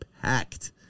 packed